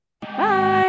Bye